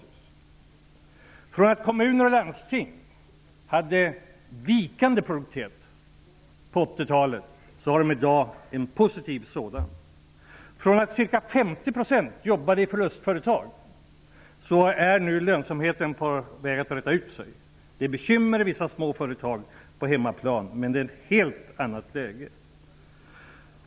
På 80-talet hade kommuner och landsting vikande produktivitet -- i dag har de en positiv sådan. Då jobbade ca 50 % i förlustföretag -- nu är lönsamheten på väg att rättas till. Det är bekymmer i vissa små företag på hemmaplan, men det är ändå ett helt annat läge.